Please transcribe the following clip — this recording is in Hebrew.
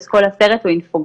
אז כל הסרט הוא אינפוגרפיקה.